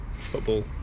football